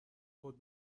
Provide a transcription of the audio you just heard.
خود